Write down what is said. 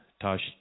touched